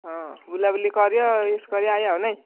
ହଁ ବୁଲାବୁଲି କରିବା କରି ଆସିବା ନାଇଁ